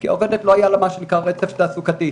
כי לעובדת לא היה מה שנקרא 'רצף תעסוקתי',